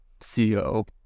CEO